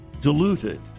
diluted